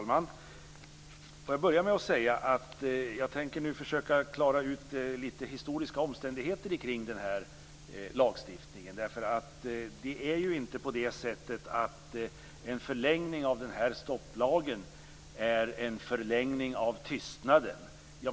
Fru talman! Får jag börja med att säga att jag nu tänker försöka klara ut några historiska omständigheter kring denna lagstiftning. Det är inte på det sättet att en förlängning av stopplagen är en förlängning av tystnaden.